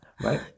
right